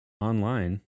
online